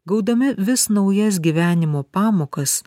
gaudami vis naujas gyvenimo pamokas